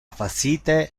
facite